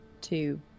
two